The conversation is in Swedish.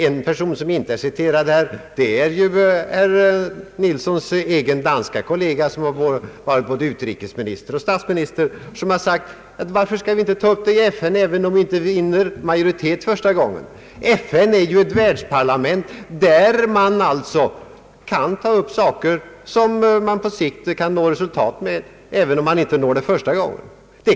En person som inte är citerad här i debatten är utrikesminister Nilssons egen danska kollega, som varit både utrikesminister och statsminister. Han har sagt: Varför skall vi inte ta upp detta i FN, även om vi inte får majoritet första gången? FN är ett världsparlament, där man alltså kan ta upp saker som man på sikt kan nå resultat med, även om man inte når det första gången.